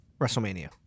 WrestleMania